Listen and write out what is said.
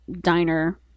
diner